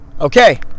Okay